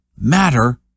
matter